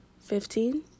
Fifteen